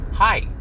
Hi